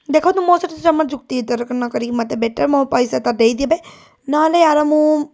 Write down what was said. ଦେଖନ୍ତୁ ମୋ ସହିତ ଜମା ଯୁକ୍ତିତର୍କ ନକରିକି ମୋତେ ବେଟର୍ ମୋ ପଇସାଟା ଦେଇଦେବେ ନ ହେଲେ ଆର ମୁଁ